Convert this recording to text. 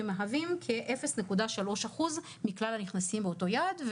שמהווים כ-0.3% מכלל הנכנסים מאותו יעד.